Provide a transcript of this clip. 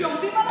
אם יורדים עליי,